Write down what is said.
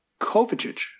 Kovacic